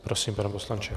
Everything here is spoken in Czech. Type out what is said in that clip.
Prosím, pane poslanče.